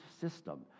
system